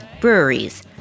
breweries